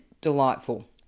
Delightful